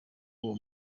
uwo